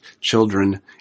children